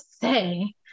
say